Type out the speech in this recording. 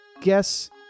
guess